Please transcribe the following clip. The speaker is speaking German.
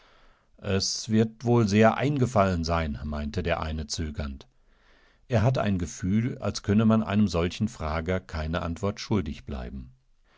es wird wohl sehr eingefallen sein meinte der eine zögernd er hatte ein gefühl als könne man einem solchen frager keine antwort schuldig bleiben